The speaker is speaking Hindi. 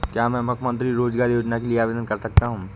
क्या मैं मुख्यमंत्री रोज़गार योजना के लिए आवेदन कर सकता हूँ?